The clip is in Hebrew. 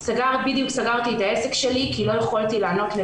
ויוצאת משם שבורת